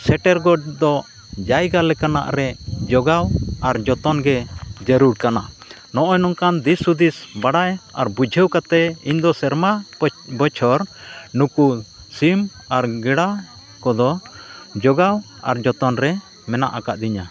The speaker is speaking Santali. ᱥᱮᱴᱮᱨ ᱜᱚᱫᱚᱜ ᱡᱟᱭᱜᱟ ᱞᱮᱠᱟᱱᱟᱜ ᱨᱮ ᱡᱚᱜᱟᱣ ᱟᱨ ᱡᱚᱛᱚᱱ ᱜᱮ ᱡᱟᱹᱨᱩᱲ ᱠᱟᱱᱟ ᱱᱚᱜᱼᱚᱭ ᱱᱚᱝᱠᱟᱱ ᱫᱤᱥ ᱦᱩᱫᱤᱥ ᱵᱟᱲᱟᱭ ᱟᱨ ᱵᱩᱡᱷᱟᱹᱣ ᱠᱟᱛᱮᱫ ᱤᱧᱫᱚ ᱥᱮᱨᱢᱟ ᱵᱚᱪᱷᱚᱨ ᱱᱩᱠᱩ ᱥᱤᱢ ᱟᱨ ᱜᱮᱰᱟ ᱠᱚᱫᱚ ᱡᱚᱜᱟᱣ ᱟᱨ ᱡᱚᱛᱚᱱ ᱨᱮ ᱢᱮᱱᱟᱜ ᱟᱠᱟᱫᱤᱧᱟ